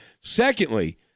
Secondly